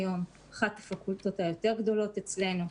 אחת הפקולטות הגדולות אצלנו.